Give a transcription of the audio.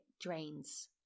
drains